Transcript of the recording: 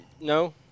no